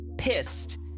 pissed